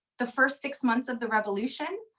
the first six months of the revolution,